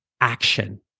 action